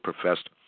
professed